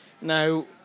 Now